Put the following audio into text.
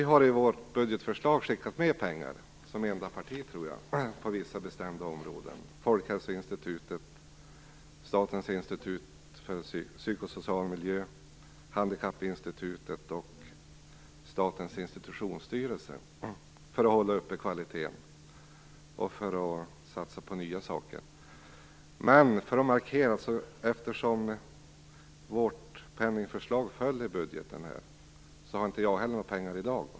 Vi har i vårt budgetförslag, som enda parti tror jag, skickat med pengar till vissa bestämda områden, t.ex. Folkhälsoinstitutet, Statens institut för psykosocial miljömedicin, Handikappinstitutet och Statens institutionsstyrelse. Det handlar om att hålla uppe kvaliteten och att satsa på nya saker. Eftersom vårt penningförslag föll i budgeten, har dock inte jag heller några pengar i dag.